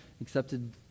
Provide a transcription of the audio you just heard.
accepted